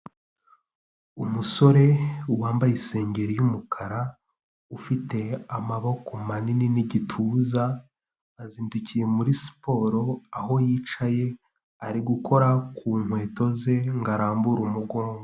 Umusore wambaye isengeri y'umukara, ufite amaboko manini n'igituza azindukiye muri siporo, aho yicaye ari gukora ku nkweto ze ngo arambure umugongo.